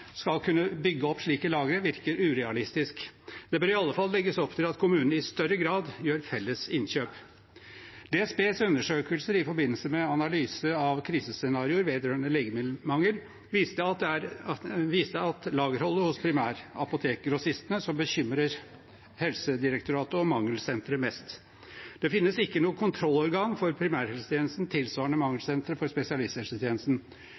skal kunne bygge opp slike lagre, virker urealistisk. Det bør i alle fall legges opp til at kommunene i større grad gjør felles innkjøp. DSBs undersøkelser i forbindelse med analyse av krisescenarioer vedrørende legemiddelmangel viste at det er lagerholdet hos primærapotekgrossistene som bekymrer Helsedirektoratet og Mangelsenteret mest. Det finnes ikke noe kontrollorgan for primærhelsetjenesten tilsvarende